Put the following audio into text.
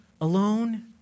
alone